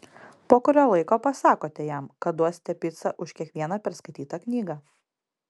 po kurio laiko pasakote jam kad duosite picą už kiekvieną perskaitytą knygą